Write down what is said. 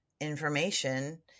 information